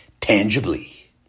tangibly